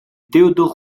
théodore